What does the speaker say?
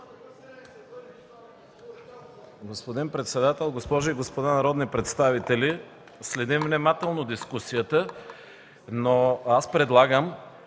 Господин председател, госпожи и господа народни представители! Следим внимателно дискусията, но аз предлагам